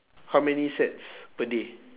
how many sets per day